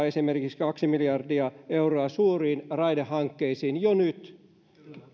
esimerkiksi kaksi miljardia euroa suuriin raidehankkeisiin jo nyt